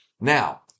Now